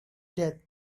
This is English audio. death